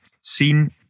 seen